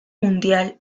mundial